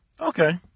okay